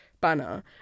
banner